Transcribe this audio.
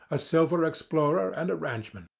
a silver explorer, and a ranchman.